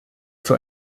für